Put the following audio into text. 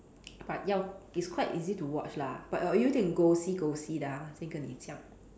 but ya it's quite easy to watch lah but 有一点 ghostly ghostly lah 先跟你讲